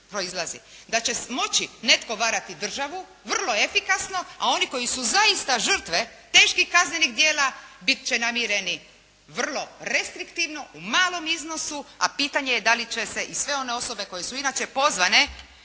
Da će moći netko varati državu, vrlo efikasno, a oni koji su zaista žrtve teških kaznenih djela bit će namireni vrlo restriktivno u malom iznosu, a pitanje je da li će se i sve one osobe koje su inače pozvane